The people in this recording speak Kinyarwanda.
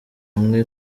amwe